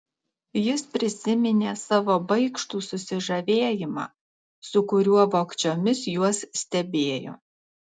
jis prisiminė savo baikštų susižavėjimą su kuriuo vogčiomis juos stebėjo